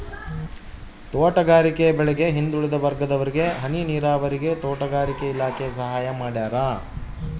ತೋಟಗಾರಿಕೆ ಬೆಳೆಗೆ ಹಿಂದುಳಿದ ವರ್ಗದವರಿಗೆ ಹನಿ ನೀರಾವರಿಗೆ ತೋಟಗಾರಿಕೆ ಇಲಾಖೆ ಸಹಾಯ ಮಾಡ್ಯಾರ